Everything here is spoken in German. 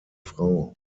frau